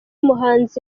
muhanzi